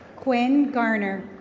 quinn garner.